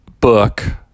book